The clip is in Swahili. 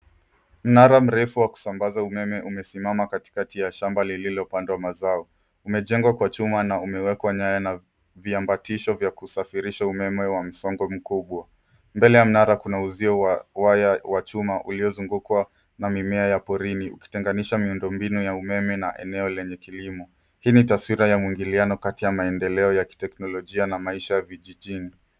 Mnara mrefu wa kusambaza umeme umesimama katikati ya shamba lililopandwa mazao. Umejengwa kwa chuma na umewekwa nyaya na viambatisho vya kusafirisha umeme wa msongo mkubwa. Mbele ya mnara kuna uzio wa waya wa chuma uliozungukwa na mimea ya porini ukitenganisha miundombinu ya umeme na eneo lenye kilimo. Hii ni taswira ya mwingiliano kati ya maendeleo ya kiteknolojia na maisha ya vijijini.